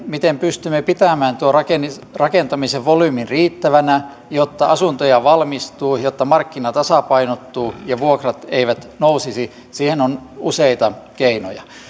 miten pystymme pitämään tuon rakentamisen rakentamisen volyymin riittävänä jotta asuntoja valmistuu jotta markkinat tasapainottuvat ja vuokrat eivät nousisi on useita keinoja